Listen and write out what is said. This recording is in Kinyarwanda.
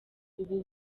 ubu